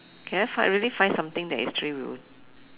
can I find really find something that is three wheel